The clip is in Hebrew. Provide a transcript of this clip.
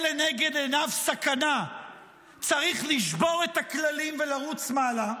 לנגד עיניו סכנה צריך לשבור את הכללים ולרוץ מעלה,